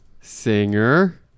singer